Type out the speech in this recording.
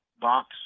box